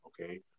Okay